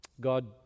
God